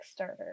Kickstarter